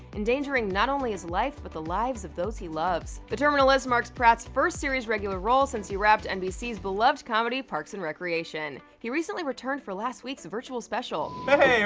endangering not only his life but the lives of those he loves. the terminal list marks pratt's first series regular role since he rapped nbc's beloved comedy parks and recreation. he recently returned for last week's virtual special. hey